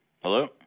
Hello